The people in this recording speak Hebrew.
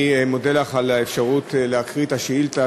אני מודה לך על האפשרות להקריא את השאילתה